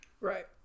Right